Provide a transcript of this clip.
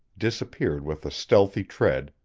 disappeared with a stealthy tread,